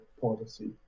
policy